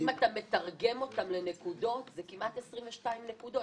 אם אתה מתרגם אותם לנקודות זה כמעט 22 נקודות.